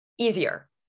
easier